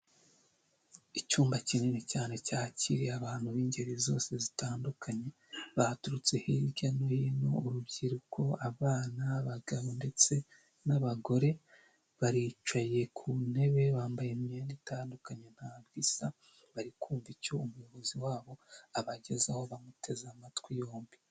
Icyumba kinini cyane cyakiriye abantu b'ingeri zose zitandukanye baturutse hirya no hino urubyiruko, abana, abagabo ndetse n'abagore baricaye ku ntebe bambaye imyenda itandukanye ntago isa, bari kumva icyo umuyobozi wabo abagezaho bamuteze amatwi yombi.